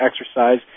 exercise